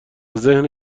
ذهن